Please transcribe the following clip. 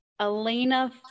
Elena